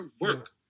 work